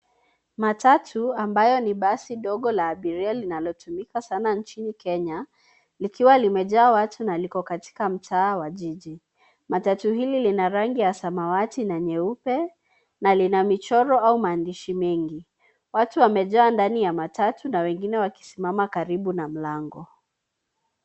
Matatu ambayo ni basi ndogo la abiria linalotumika sana nchini Kenya likiwa limejaa watu na liko katika mtaa wa jiji. Matatu hili lina rangi ya samawati na nyeupe na lina michoro au maandishi mengi. Watu wamejaa ndani ya matatu na wengine wakisimama karibu na mlango.